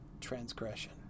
transgression